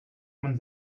man